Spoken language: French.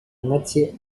moitié